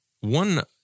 One